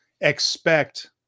expect